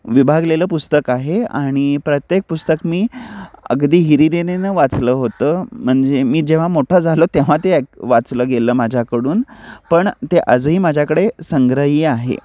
विभागलेलं पुस्तक आहे आणि प्रत्येक पुस्तक मी अगदी हिरीरीनं वाचलं होतं म्हणजे मी जेव्हा मोठा झालो तेव्हा ते वाचलं गेलं माझ्याकडून पण ते आजही माझ्याकडे संग्रही आहे